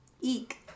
Eek